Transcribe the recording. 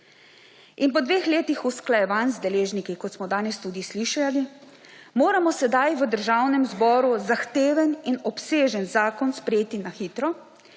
In po dveh letih usklajevanj z deležniki, kot smo danes tudi slišali, moramo sedaj v Državnem zboru zahteven in obsežen zakon sprejeti na hitro,